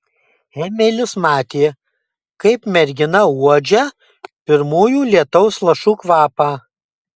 emilis matė kaip mergina uodžia pirmųjų lietaus lašų kvapą